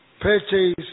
purchase